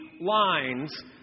lines